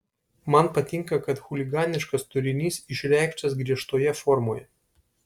man patinka kad chuliganiškas turinys išreikštas griežtoje formoje